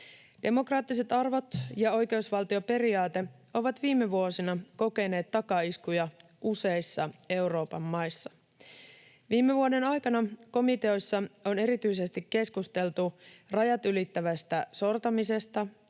Demokraattiset arvot ja oikeusvaltioperiaate ovat viime vuosina kokeneet takaiskuja useissa Euroopan maissa. Viime vuoden aikana komiteoissa on erityisesti keskusteltu rajat ylittävästä sortamisesta,